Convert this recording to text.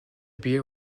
beer